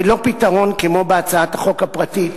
ולא פתרון כמו בהצעת החוק הפרטית,